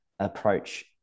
approach